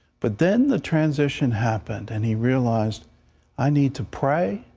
but then the transition happened, and he realized i need to pray.